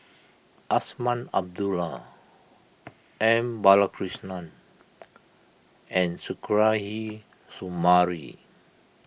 Azman Abdullah M Balakrishnan and Suzairhe Sumari